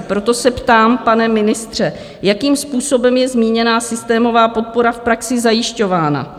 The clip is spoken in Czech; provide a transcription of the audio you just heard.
Proto se ptám, pane ministře, jakým způsobem je zmíněná systémová podpora v praxi zajišťována?